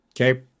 okay